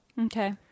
Okay